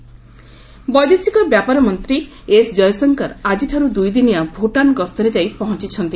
MEA Pak ବୈଦେଶିକ ବ୍ୟାପାର ମନ୍ତ୍ରୀ ଏସ ଜୟଶଙ୍କର ଆଜିଠାରୁ ଦୁଇଦିନିଆ ଭୁଟାନ ଗସ୍ତରେ ଯାଇ ପହଞ୍ଚିଛପନ୍ତି